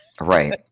Right